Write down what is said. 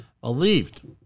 believed